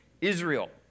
Israel